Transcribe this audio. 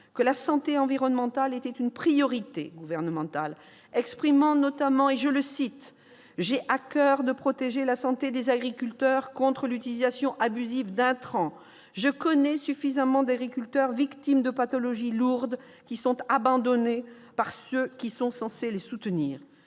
que la santé environnementale était une priorité gouvernementale. « J'ai à coeur, a-t-il dit, de protéger la santé des agriculteurs contre l'utilisation abusive d'intrants. Je connais suffisamment d'agriculteurs victimes de pathologies lourdes qui sont abandonnés par ceux qui sont censés les soutenir. »